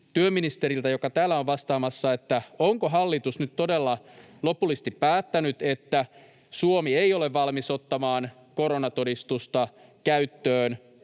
työministeriltä, joka täällä on vastaamassa, onko hallitus nyt todella lopullisesti päättänyt, että Suomi ei ole valmis ottamaan koronatodistusta käyttöön